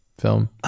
film